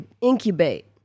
incubate